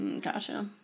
Gotcha